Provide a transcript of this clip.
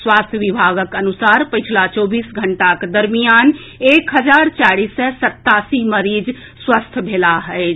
स्वास्थ्य विभागक अनुसार पछिला चौबीस घंटाक दरमियान एक हजार चारि सय सत्तासी मरीज स्वस्थ भेलाह अछि